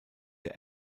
der